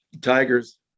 Tigers